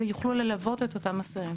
ויוכלו ללוות את אותם אסירים.